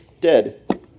Dead